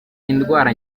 indwara